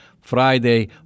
Friday